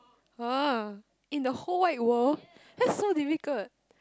uh in the whole wide world that's so difficult